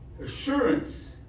assurance